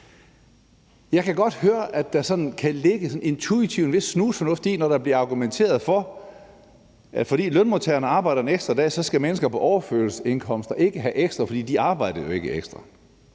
Jeg kan godt høre, at der sådan intuitivt kan ligge en vis snusfornuft i det, når der bliver argumenteret for, at fordi lønmodtagerne arbejder en ekstra dag, skal mennesker på overførselsindkomster ikke have ekstra, fordi de jo ikke arbejder ekstra.